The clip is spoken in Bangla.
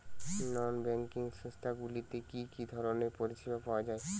নন ব্যাঙ্কিং সংস্থা গুলিতে কি কি ধরনের পরিসেবা পাওয়া য়ায়?